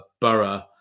Borough